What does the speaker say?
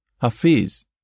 Hafiz